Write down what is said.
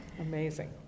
Amazing